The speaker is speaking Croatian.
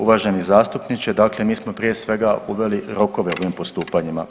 Uvaženi zastupniče, dakle mi smo prije svega uveli rokove u ovim postupanjima.